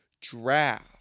draft